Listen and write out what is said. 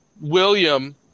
William